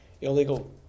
illegal